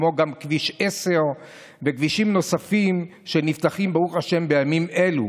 כמו גם כביש 10 וכבישים נוספים שנפתחים ברוך השם בימים אלו.